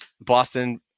Boston –